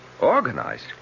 Organized